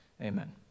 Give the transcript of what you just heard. Amen